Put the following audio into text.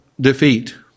defeat